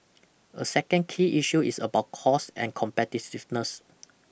a second key issue is about costs and competitiveness